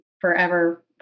forever